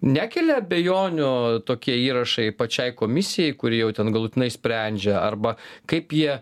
nekelia abejonių tokie įrašai pačiai komisijai kuri jau ten galutinai sprendžia arba kaip jie